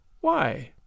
Why